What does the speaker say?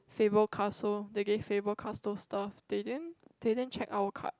Fable Castle they gave Fable Castle stuff they didn't they didn't check our card